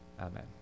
amen